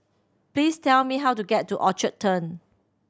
please tell me how to get to Orchard Turn